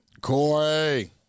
Corey